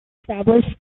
established